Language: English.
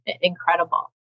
incredible